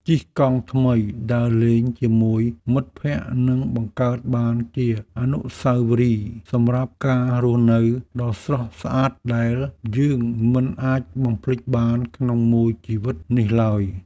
ជិះកង់ថ្មីដើរលេងជាមួយមិត្តភក្តិនឹងបង្កើតបានជាអនុស្សាវរីយ៍សម្រាប់ការរស់នៅដ៏ស្រស់ស្អាតដែលយើងមិនអាចបំភ្លេចបានក្នុងមួយជីវិតនេះឡើយ។